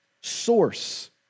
source